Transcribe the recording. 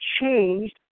changed